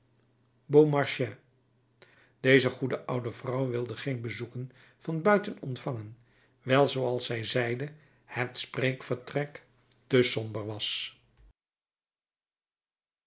beaumarchais deze goede oude vrouw wilde geen bezoeken van buiten ontvangen wijl zooals zij zeide het spreekvertrek te somber was